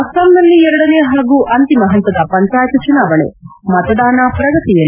ಅಸ್ನಾಂನಲ್ಲಿ ಎರಡನೇ ಹಾಗೂ ಅಂತಿಮ ಹಂತದ ಪಂಚಾಯತ್ ಚುನಾವಣೆ ಮತದಾನ ಪ್ರಗತಿಯಲ್ಲಿ